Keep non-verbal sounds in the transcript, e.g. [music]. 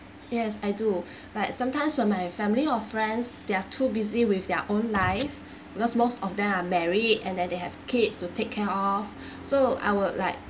yes I do [breath] like sometimes when my family or friends they are too busy with their own life because most of them are married and then they have kids to take care of [breath] so I would like